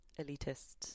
elitist